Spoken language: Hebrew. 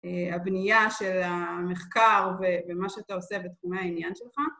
הבנייה של המחקר ומה שאתה עושה בתחומי העניין שלך.